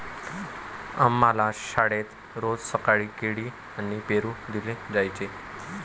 आम्हाला शाळेत रोज सकाळी केळी आणि पेरू दिले जायचे